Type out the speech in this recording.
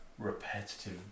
repetitive